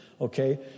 okay